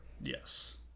Yes